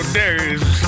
days